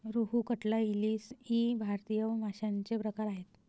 रोहू, कटला, इलीस इ भारतीय माशांचे प्रकार आहेत